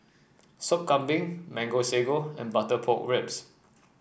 Sop Kambing Mango Sago and Butter Pork Ribs